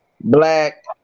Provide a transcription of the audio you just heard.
black